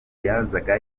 yazaga